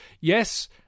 Yes